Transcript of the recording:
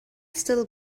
still